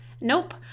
Nope